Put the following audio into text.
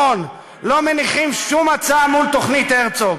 אני לא מדבר בעזה, אני מדבר ברשות הפלסטינית: